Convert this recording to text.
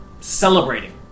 Celebrating